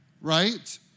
right